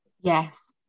Yes